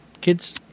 Kids